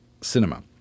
cinema